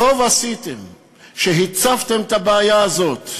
טוב עשיתם שהצפתם את הבעיה הזאת.